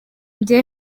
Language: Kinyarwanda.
jye